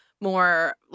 more